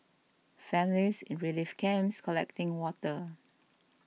families in relief camps collecting water